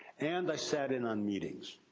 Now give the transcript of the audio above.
and i sat in on meetings.